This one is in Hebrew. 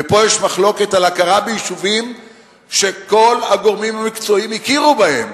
ופה יש מחלוקת על הכרה ביישובים שכל הגורמים המקצועיים הכירו בהם.